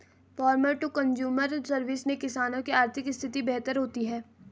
farmer to consumer service से किसानों की आर्थिक स्थिति बेहतर होती है